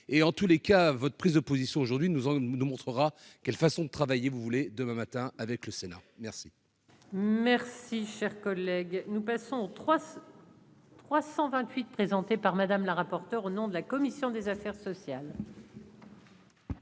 et en tous les cas, votre prise de position aujourd'hui, nous, on nous montrera quelle façon de travailler, vous voulez demain matin avec le Sénat, merci. Merci, chers collègues, nous passons trois. 328 présenté par Madame la rapporteure au nom de la commission des affaires sociales.